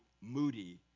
Moody